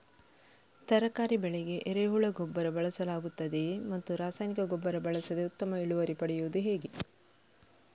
ತರಕಾರಿ ಬೆಳೆಗೆ ಎರೆಹುಳ ಗೊಬ್ಬರ ಬಳಸಲಾಗುತ್ತದೆಯೇ ಮತ್ತು ರಾಸಾಯನಿಕ ಗೊಬ್ಬರ ಬಳಸದೆ ಉತ್ತಮ ಇಳುವರಿ ಪಡೆಯುವುದು ಹೇಗೆ?